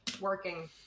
Working